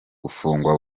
gufungwa